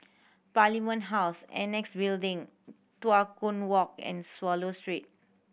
Parliament House Annexe Building Tua Kong Walk and Swallow Street